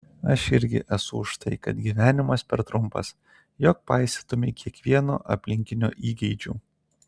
aš irgi esu už tai kad gyvenimas per trumpas jog paisytumei kiekvieno aplinkinio įgeidžių